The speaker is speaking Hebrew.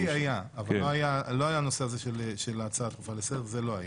שטחי C היה אבל הנושא של ההצעה הדחופה לסדר זה לא היה.